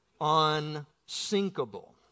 Unsinkable